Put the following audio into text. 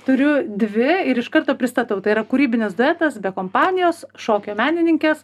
turiu dvi ir iš karto pristatau tai yra kūrybinis duetas be kompanijos šokio menininkės